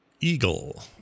Eagle